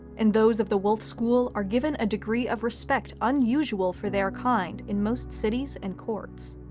and those of the wolf school are given a degree of respect unusual for their kind in most cities and courts.